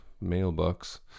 mailbox